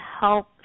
help